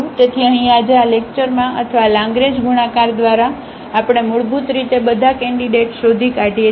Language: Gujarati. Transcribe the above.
તેથી અહીં આજે આ લેક્ચરમાં અથવા આ લાગરેંજ ગુણાકાર દ્વારા આપણે મૂળભૂત રીતે બધા કેન્ડિડેટ શોધી કાઢીએ છીએ